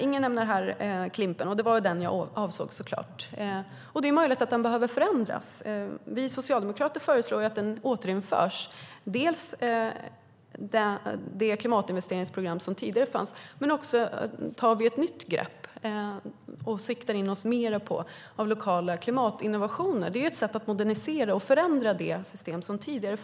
Inger nämner Klimp:en här, och det var såklart den jag avsåg. Det är möjligt att den behöver förändras. Vi socialdemokrater föreslår att det klimatinvesteringsprogram som fanns tidigare återinförs, men vi tar också ett nytt grepp och siktar in oss mer på lokala klimatinnovationer. Det är ett sätt att modernisera och förändra det system som fanns tidigare.